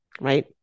Right